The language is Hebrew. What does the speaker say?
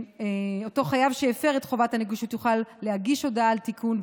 אותו חייב שהפר את חובת הנגישות יוכל להגיש הודעה על תיקון,